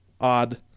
odd